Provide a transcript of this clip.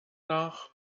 nach